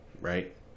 right